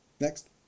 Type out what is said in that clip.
Next